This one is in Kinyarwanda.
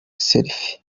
selfie